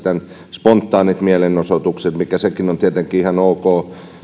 spontaanit mielenosoitukset mitkä nekin ovat tietenkin ihan ok